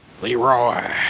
Leroy